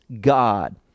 God